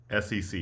SEC